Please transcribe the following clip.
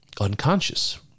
unconscious